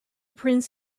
prince